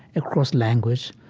across language,